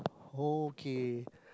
okay